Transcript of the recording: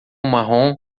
marrom